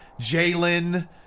Jalen